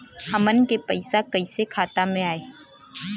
हमन के पईसा कइसे खाता में आय?